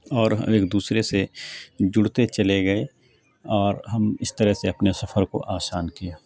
اور ایک دوسرے سے جڑتے چلے گئے اور ہم اس طرح سے اپنے سفر کو آسان کیا